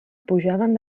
pujaven